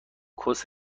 کوس